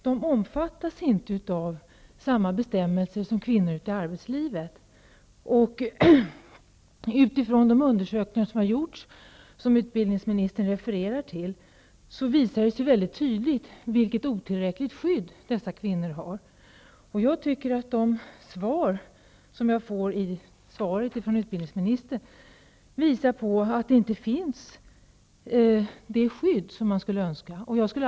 De omfattas inte av samma bestämmelser som kvinnor ute i arbetslivet. De undersökningar som har gjorts och som utbildningsministern refererar till visar mycket tydligt vilket otillräckligt skydd dessa kvinnor har. De svar jag får från utbildningsministern visar att det skydd som man skulle önska inte finns.